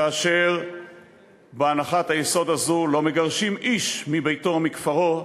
כאשר בהנחת היסוד הזאת לא מגרשים איש מביתו או מכפרו,